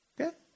Okay